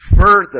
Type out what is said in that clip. further